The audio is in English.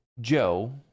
Joe